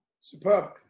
Superb